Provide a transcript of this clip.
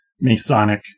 Masonic